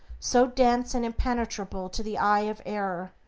so dense and impenetrable to the eye of error,